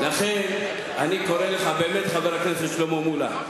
אני קורא לך באמת, חבר הכנסת שלמה מולה.